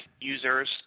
users